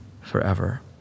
forever